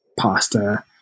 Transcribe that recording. pasta